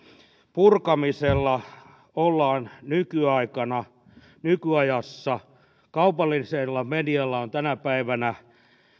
purkamisella ollaan nykyaikana nykyajassa kaupallisella medialla on tänä päivänä